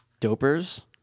dopers